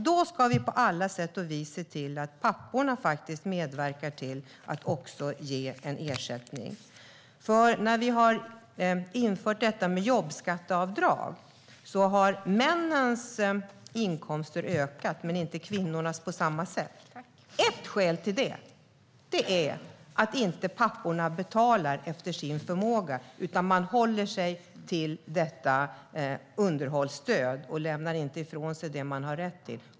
Där ska vi på alla sätt och vis se till att papporna medverkar till att ge ersättning. Efter det att vi införde jobbskatteavdraget har männens inkomster ökat men inte kvinnornas på samma sätt. : Tack!) Ett skäl till det är att papporna inte betalar efter sin förmåga. De håller sig till underhållsstödet och lämnar inte ifrån sig det barnen har rätt till.